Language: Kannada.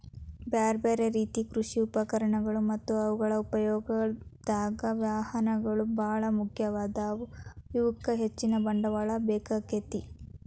ಬ್ಯಾರ್ಬ್ಯಾರೇ ರೇತಿ ಕೃಷಿ ಉಪಕರಣಗಳು ಮತ್ತ ಅವುಗಳ ಉಪಯೋಗದಾಗ, ವಾಹನಗಳು ಬಾಳ ಮುಖ್ಯವಾದವು, ಇವಕ್ಕ ಹೆಚ್ಚಿನ ಬಂಡವಾಳ ಬೇಕಾಕ್ಕೆತಿ